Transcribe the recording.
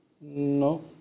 No